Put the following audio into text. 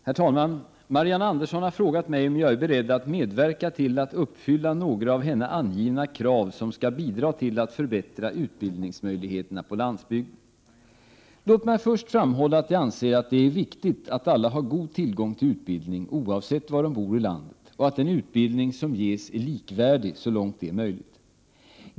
Herr talman! Marianne Andersson har frågat mig om jag är beredd att medverka till att uppfylla några av henne angivna krav som skall bidra till att förbättra utbildningsmöjligheterna på landsbygden. Låt mig först framhålla att jag anser att det är viktigt att alla har god tillgång till utbildning oavsett var de bor i landet och att den utbildning som ges är likvärdig så långt detta är möjligt.